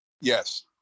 Yes